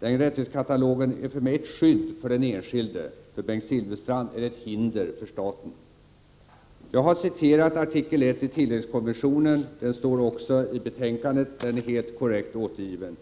ett skydd för den enskilde. För Bengt Silfverstrand är den ett hinder för staten. Jag har citerat artikel 1 i tilläggskonventionen. Den står också i betänkandet, och den är helt korrekt återgiven.